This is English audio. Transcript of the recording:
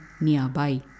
nearby